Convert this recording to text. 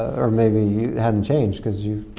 or maybe you hadn't changed cause you've.